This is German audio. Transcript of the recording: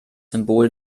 symbol